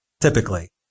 Typically